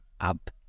up